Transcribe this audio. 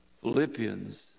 Philippians